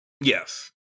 Yes